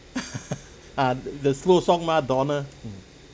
ah the the slow song mah donna mm